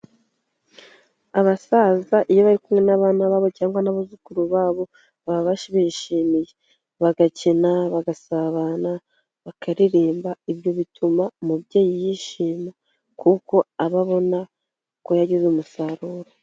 Abasaza iyo bari kumwe n'abana babo cyangwa n'abuzukuru babo, baba babishimiye; bagakina, bagasabana, bakaririmba; ibyo bituma umubyeyi yishima kuko aba abona ko yagize umusaruro.